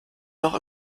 noch